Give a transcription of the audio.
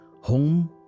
home